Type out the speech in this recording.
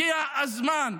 הגיע הזמן.